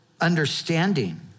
understanding